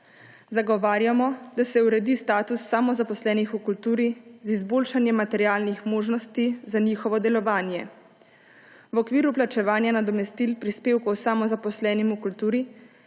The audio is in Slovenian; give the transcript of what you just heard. Zagovarjamo, da se uredi status samozaposlenih v kulturi z izboljšanjem materialnih možnosti za njihovo delovanje. V okviru plačevanja nadomestil prispevkov samozaposlenim v kulturi